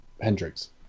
Hendrix